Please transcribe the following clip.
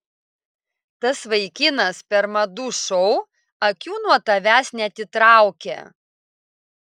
tas vaikinas per madų šou akių nuo tavęs neatitraukė